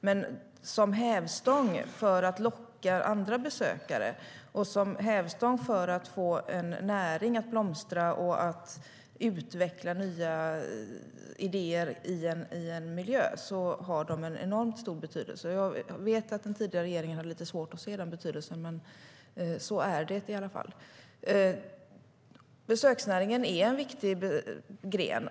Men som hävstång för att locka andra besökare, för att få en näring att blomstra och för att utveckla nya idéer i en miljö har de enormt stor betydelse. Jag vet att den tidigare regeringen hade lite svårt att se den betydelsen, men så är det. Besöksnäringen är en viktig gren.